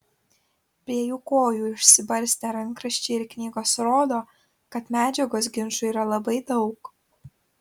prie jų kojų išsibarstę rankraščiai ir knygos rodo kad medžiagos ginčui yra labai daug